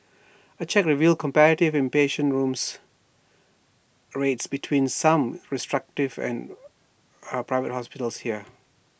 A check revealed competitive inpatient rooms rates between some restructured and A Private Hospitals here